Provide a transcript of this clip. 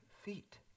feet